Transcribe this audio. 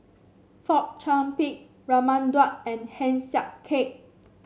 Fong Chong Pik Raman Daud and Heng Swee Keat